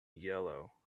yellow